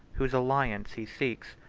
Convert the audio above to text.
whose alliance he seeks,